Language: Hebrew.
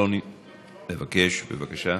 בבקשה.